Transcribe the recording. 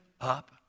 up